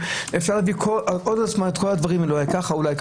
אפשר להביא כל הזמן את כל הדברים האלה אולי ככה,